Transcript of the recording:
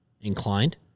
inclined